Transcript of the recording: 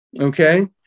Okay